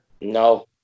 no